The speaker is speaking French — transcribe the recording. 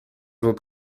vous